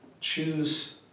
choose